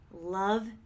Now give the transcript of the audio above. love